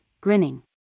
grinning